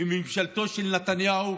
מפלגתו של נתניהו,